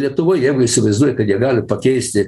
lietuvoje jeigu įsivaizduoji kad jie gali pakeisti